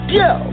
go